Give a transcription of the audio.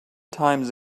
times